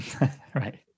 Right